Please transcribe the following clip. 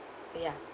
ya